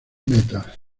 metal